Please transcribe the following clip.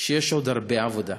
שיש עוד הרבה עבודה.